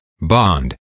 bond